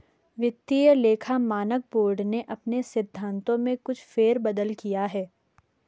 वित्तीय लेखा मानक बोर्ड ने अपने सिद्धांतों में कुछ फेर बदल किया है